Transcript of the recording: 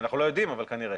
אנחנו לא יודעים, אבל כנראה.